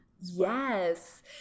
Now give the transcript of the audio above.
Yes